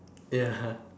ya